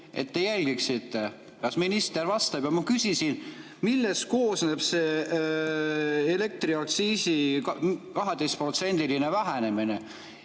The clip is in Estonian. et te jälgiksite, kas minister vastab, ja ma küsisin, millest koosneb elektriaktsiisi 12%-line vähenemine.